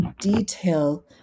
detail